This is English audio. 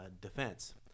defense